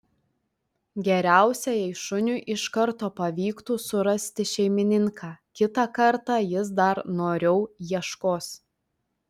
geriausia jei šuniui iš karto pavyktų surasti šeimininką kitą kartą jis dar noriau ieškos